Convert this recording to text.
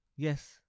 Yes